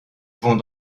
vont